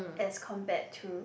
as compared to